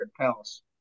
Palace